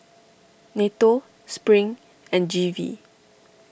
Nato Spring and G V